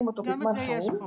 גם את זה יש פה.